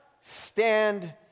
stand